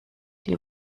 die